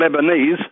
Lebanese